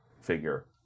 figure